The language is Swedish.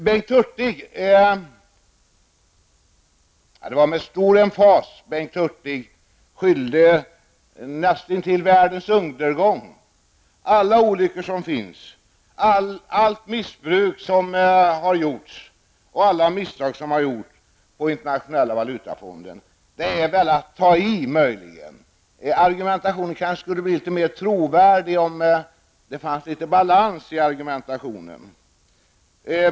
Bengt Hurtig skyllde med stor emfas näst intill världens undergång, alla olyckor som finns, allt missbruk och alla misstag som har gjorts på Internationella valutafonden. Det är väl möjligen att ta i. Argumentationen skulle kanske bli litet mer trovärdig om det fanns mer balans i den.